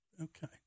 Okay